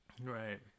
Right